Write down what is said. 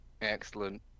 Excellent